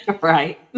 Right